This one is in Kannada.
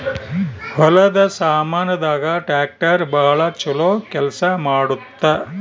ಹೊಲದ ಸಾಮಾನ್ ದಾಗ ಟ್ರಾಕ್ಟರ್ ಬಾಳ ಚೊಲೊ ಕೇಲ್ಸ ಮಾಡುತ್ತ